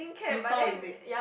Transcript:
you saw is it